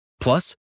Plus